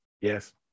Yes